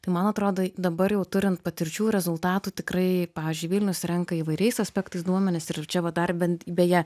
tai man atrodo dabar jau turint patirčių rezultatų tikrai pavyzdžiui vilnius renka įvairiais aspektais duomenis ir čia va dar bent beje